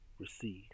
receive